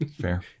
Fair